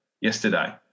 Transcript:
yesterday